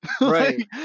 Right